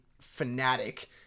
fanatic